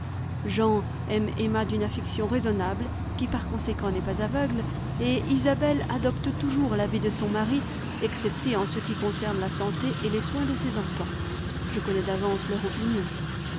jean aime emma d'une affection raisonnable qui par conséquent n'est pas aveugle et isabelle adopte toujours l'avis de son mari excepté en ce qui concerne la santé et les soins de ses enfants je connais d'avance leur opinion